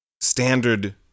standard